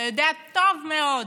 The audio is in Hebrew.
אתה יודע טוב מאוד